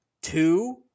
Two